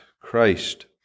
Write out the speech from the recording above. Christ